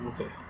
Okay